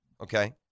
Okay